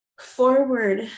forward